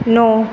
नौ